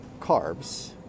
carbs